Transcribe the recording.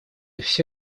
все